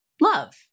love